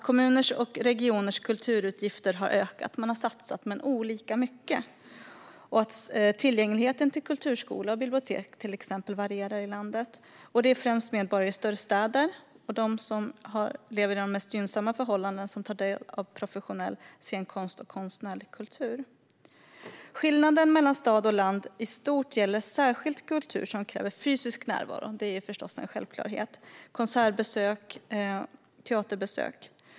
Kommuners och regioners kulturutgifter har ökat. Man har satsat, men olika mycket. Tillgängligheten till exempelvis kulturskola och bibliotek varierar i landet. Det är främst invånare i större städer och de som lever under de mest gynnsamma förhållandena som tar del av professionell scenkonst och konstnärlig kultur. Skillnaden mellan stad och land i stort gäller särskilt kultur som kräver fysisk närvaro - konsertbesök och teaterbesök. Det är förstås en självklarhet.